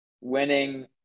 winning